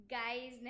guys